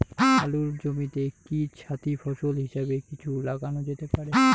আলুর জমিতে কি সাথি ফসল হিসাবে কিছু লাগানো যেতে পারে?